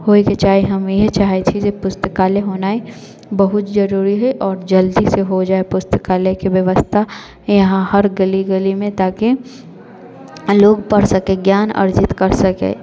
होइ के चाही हम इएह चाहै छी जे पुस्तकालय होनाइ बहुत जरूरी हइ आओर जल्दीसँ हो जाइ पुस्तकालयके व्यवस्था यहाँ हर गली गलीमे ताकि लोग पढ़ि सके ज्ञान अर्जित करि सकै